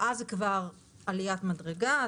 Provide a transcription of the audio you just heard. התראה זו כבר עליית מדרגה,